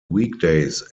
weekdays